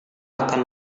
akan